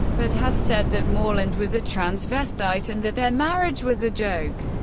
but has said that moreland was a transvestite and that their marriage was a joke,